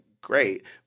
Great